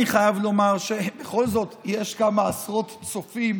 אני חייב לומר שבכל זאת יש כמה עשרות צופים